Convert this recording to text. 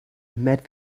met